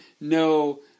no